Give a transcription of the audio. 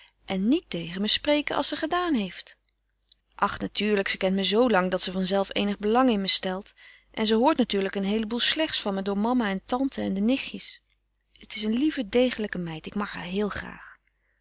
en niet tegen me spreken als ze gedaan heeft ach natuurlijk ze kent me zoolang dat ze vanzelf eenig belang in me stelt en ze hoort natuurlijk een heele boel slechts van me door mama en tante en de nichtjes het is een lieve degelijke meid ik mag haar heel graag